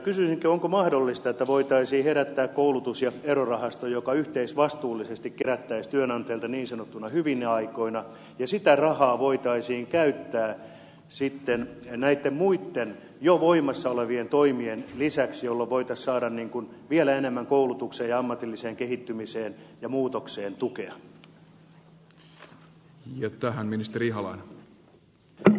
kysyisinkin onko mahdollista että voitaisiin herättää koulutus ja erorahasto joka yhteisvastuullisesti kerättäisiin työnantajalta niin sanottuina hyvinä aikoina ja sitä rahaa voitaisiin sitten käyttää näitten muitten jo voimassa olevien toimien lisäksi jolloin voitaisiin saada vielä enemmän koulutukseen ja ammatilliseen kehittymiseen ja muutokseen tukea